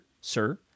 sir